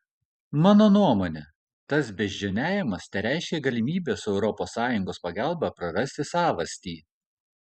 mano nuomone tas beždžioniavimas tereiškia galimybę su europos sąjungos pagalba prarasti savastį